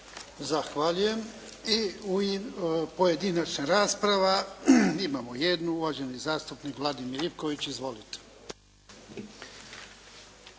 Zahvaljujem. I pojedinačna rasprava. Imamo jednu. Uvaženi zastupnik Vladimir Ivković. Izvolite.